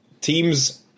teams